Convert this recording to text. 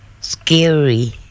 scary